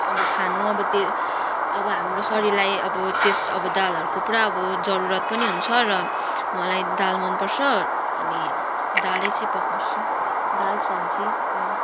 अब खानु अब त्यो अब हाम्रो शरीरलाई अब त्यस अब दालहरूको पुरा अब जरुरत पनि हुन्छ र मलाई दाल मनपर्छ अनि दालै चाहिँ पकाउँछु दाल सब्जी माम